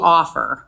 offer